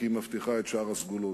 כי הוא מבטיח את שאר הסגולות.